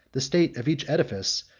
the state of each edifice,